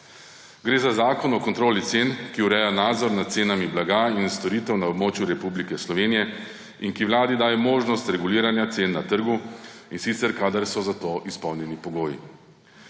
Gre za Zakon o kontroli cen, ki ureja nadzor nad cenami blaga in storitev na območju Republike Slovenije in ki vladi daje možnost reguliranja cen na trgu, in sicer kadar so za to izpolnjeni pogoji.